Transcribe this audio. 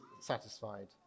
satisfied